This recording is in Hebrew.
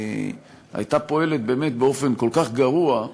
והייתה פועלת באמת באופן כל כך גרוע,